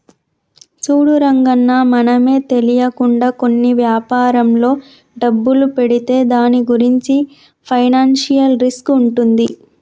చూడు రంగన్న మనమే తెలియకుండా కొన్ని వ్యాపారంలో డబ్బులు పెడితే దాని గురించి ఫైనాన్షియల్ రిస్క్ ఉంటుంది